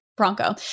Bronco